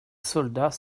soldats